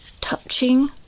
touching